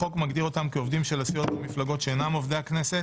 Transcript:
החוק מגדיר אותם כ"עובדים של הסיעות או המפלגות שאינם עובדי הכנסת